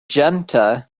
junta